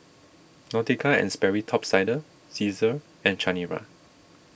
Nautica and Sperry Top Sider Cesar and Chanira